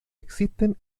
existen